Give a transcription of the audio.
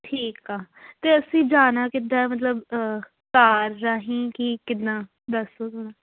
ਠੀਕ ਆ ਅਤੇ ਅਸੀਂ ਜਾਣਾ ਕਿੱਦਾਂ ਮਤਲਬ ਕਾਰ ਰਾਹੀਂ ਕਿ ਕਿੱਦਾਂ ਦੱਸ ਦਿਓ ਥੋੜ੍ਹਾ